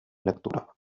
lectura